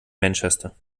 manchester